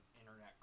internet